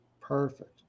perfect